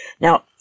Now